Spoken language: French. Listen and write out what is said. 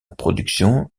production